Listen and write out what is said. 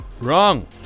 Wrong